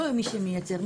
לא מי שמייצר,